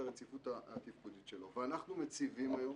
הרציפות התפקודית שלו ואנחנו מציבים היום